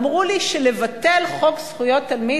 אמרו לי שלבטל את חוק זכויות תלמיד,